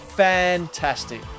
Fantastic